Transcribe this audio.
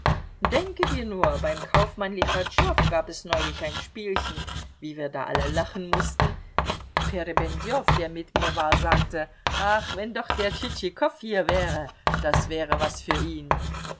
denke dir nur beim kaufmann lichatschow gab es neulich ein spielchen wie wir da alle lachen mußten perependew der mit mir war sagte ach wenn doch der tschitschikow hier wäre das wäre was für ihn